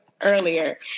earlier